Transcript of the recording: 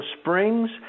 Springs